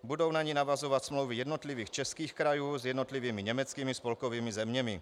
Budou na ni navazovat smlouvy jednotlivých českých krajů s jednotlivými německými spolkovými zeměmi.